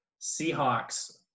Seahawks